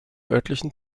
örtlichen